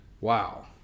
Wow